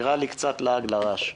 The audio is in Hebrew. נראה לי קצת לעג לרש.